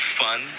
fun